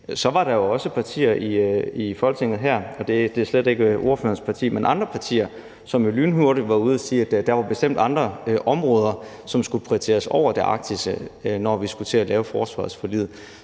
var der jo også partier i Folketinget her – og det er slet ikke ordførerens parti, men andre partier – som lynhurtigt var ude at sige, at der bestemt var andre områder, som skulle prioriteres over det arktiske, når vi skulle til at lave forsvarsforliget.